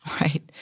Right